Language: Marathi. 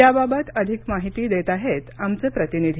याबाबत अधिक माहिती देत आहेत आमचे प्रतिनिधी